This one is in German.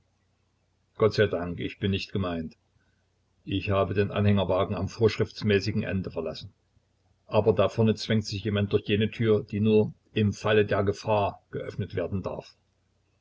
extra wollte gottseidank ich bin nicht gemeint ich habe den anhängewagen am vorschriftsmäßigen ende verlassen aber da vorne zwängt sich jemand durch jene tür die nur im falle der gefahr geöffnet werden darf